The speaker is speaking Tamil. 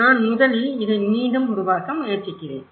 நான் முதலில் இதை மீண்டும் உருவாக்க முயற்சிக்கிறேன்